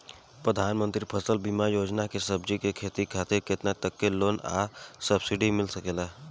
प्रधानमंत्री फसल बीमा योजना से सब्जी के खेती खातिर केतना तक के लोन आ सब्सिडी मिल सकेला?